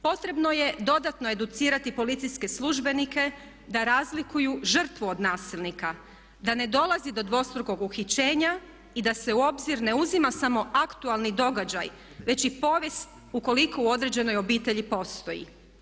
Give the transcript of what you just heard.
Potrebno je dodatno educirati policijske službenike da razlikuju žrtvu od nasilnika da ne dolazi do dvostrukog uhićenja i da se u obzir ne uzima samo aktualni događaj već i povijest ukoliko u određenoj obitelji postoji.